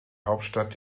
hauptstadt